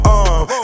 arm